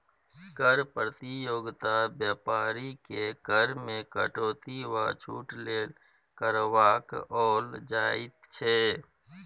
कर प्रतियोगिता बेपारीकेँ कर मे कटौती वा छूट लेल करबाओल जाइत छै